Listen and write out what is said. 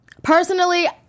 Personally